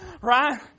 right